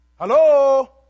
Hello